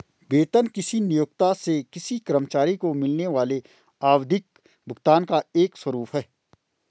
वेतन किसी नियोक्ता से किसी कर्मचारी को मिलने वाले आवधिक भुगतान का एक स्वरूप है